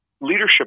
leadership